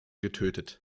getötet